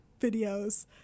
videos